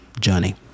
journey